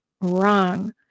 wrong